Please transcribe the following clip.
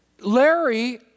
Larry